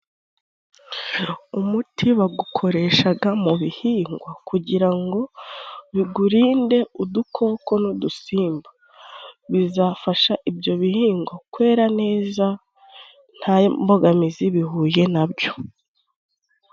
Umuti bagukoreshaga mu bihingwa kugira ngo bigurinde udukoko n' udusimba, bizafasha ibyo bihingwa kwera neza nta mbogamizi bihuye na byo.